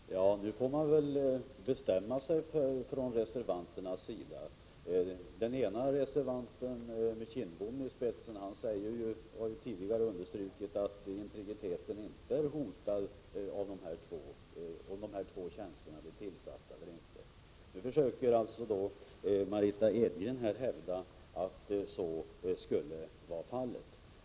Herr talman! Nu får reservanterna bestämma sig. Bengt Kindbom har tidigare sagt att integriteten inte är hotad vare sig de två tjänsterna inrättas eller ej. Nu försöker Margitta Edgren hävda att så skulle vara fallet.